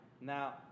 Now